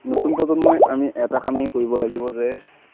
নতুন প্ৰজন্মই আমি এটা কামেই কৰিব লাগিব যে